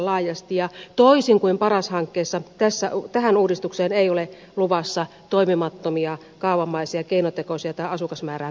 ja toisin kuin paras hankkeessa tähän uudistukseen ei ole luvassa toimimattomia kaavamaisia keinotekoisia tai asukasmäärään perustuvia kriteerejä